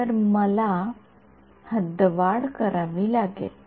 तर मला मला हद्दवाढ करावी लागेल